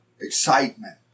excitement